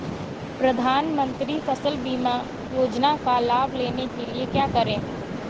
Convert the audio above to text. प्रधानमंत्री फसल बीमा योजना का लाभ लेने के लिए क्या करें?